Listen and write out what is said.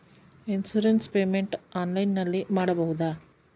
Insurance payment ಆನ್ಲೈನಿನಲ್ಲಿ ಮಾಡಬಹುದಾ?